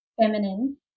feminine